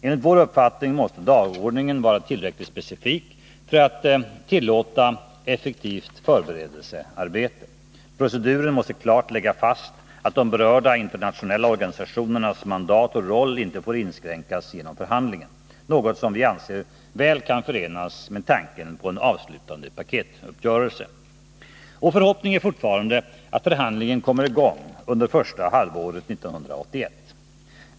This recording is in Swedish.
Enligt vår uppfattning måste dagordningen vara tillräckligt specifik för att tillåta effektivt förberedelsearbete. Proceduren måste klart lägga fast att de berörda internationella organisationernas mandat och roll inte får inskränkas genom förhandlingen, något som vi anser väl kan förenas med tanken på en avslutande paketuppgörelse. Vår förhoppning är fortfarande att förhandlingen kommer i gång under första halvåret 1981.